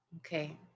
Okay